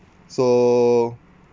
so